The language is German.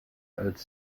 als